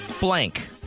blank